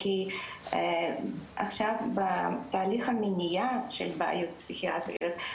כי עכשיו בתהליך המניעה של בעיות פסיכיאטריות,